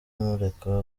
mureka